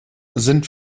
sind